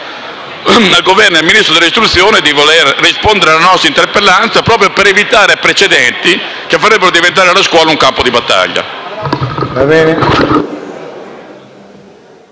al Governo e al Ministro dell'istruzione di voler rispondere alla nostra interpellanza per evitare precedenti che farebbero diventare la scuola un campo di battaglia.